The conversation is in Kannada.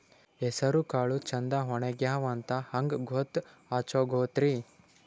ಹೆಸರಕಾಳು ಛಂದ ಒಣಗ್ಯಾವಂತ ಹಂಗ ಗೂತ್ತ ಹಚಗೊತಿರಿ?